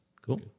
cool